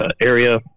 area